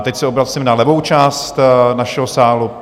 Teď se obracím na levou část našeho sálu.